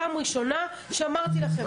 פעם ראשונה שאמרתי לכם את זה.